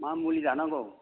मा मुलि जानांगौ